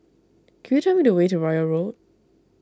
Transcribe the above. could you tell me the way to Royal Road